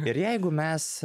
ir jeigu mes